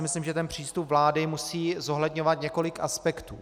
Myslím, že přístup vlády musí zohledňovat několik aspektů.